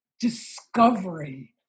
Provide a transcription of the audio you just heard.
discovery